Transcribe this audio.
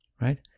right